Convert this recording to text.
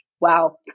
Wow